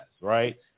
right